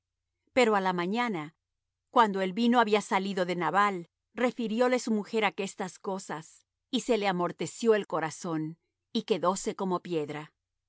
pero á la mañana cuando el vino había salido de nabal refirióle su mujer aquestas cosas y se le amorteció el corazón y quedóse como piedra